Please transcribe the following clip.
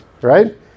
right